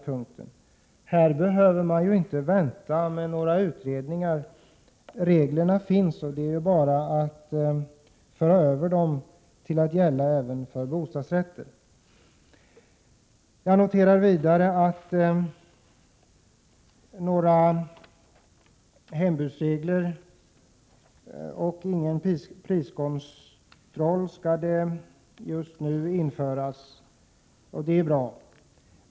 Man behöver inte vänta på några utredningar. Reglerna finns ju, så det är bara att utvidga dem till att gälla även för bostadsrätter. Jag noterar vidare att några hembudsregler och någon priskontroll just nu inte skall införas. Det är bra.